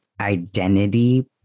identity